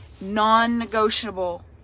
non-negotiable